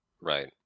Right